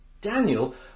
Daniel